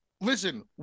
listen